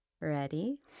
ready